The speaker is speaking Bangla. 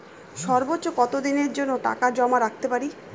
সর্বোচ্চ কত দিনের জন্য টাকা জমা রাখতে পারি?